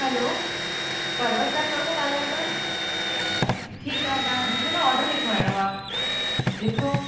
हलो Parvat restaurant तां ॻाल्हायो था अच्छा ठीकु आहे तव्हां मूंखे न ऑडर लिखवाइणो आहे लिखो